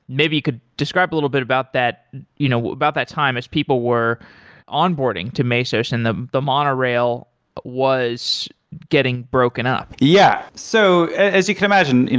maybe you could describe a little bit about that you know about that time as people were onboarding to mesosand the the monorail was getting broken up. yeah. so as you can imagine,